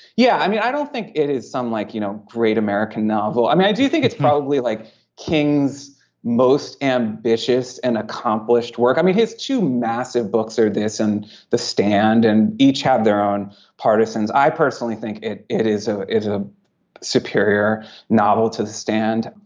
yeah. i mean i don't think it is some like you know great american novel. i mean i do think it's probably like king's most ambitious and accomplished work. i mean his two massive books are this and the stand and each have their own partisans i personally think it it is ah a superior novel to the stand.